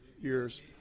years